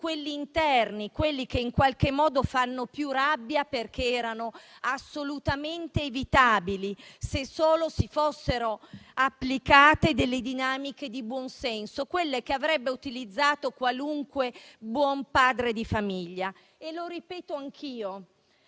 quelli interni, che in qualche modo fanno più rabbia perché erano assolutamente evitabili se solo si fossero applicate dinamiche di buon senso, quelle che avrebbe utilizzato qualunque buon padre di famiglia. Lo ripeto anch'io,